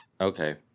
Okay